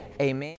Amen